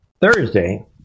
Thursday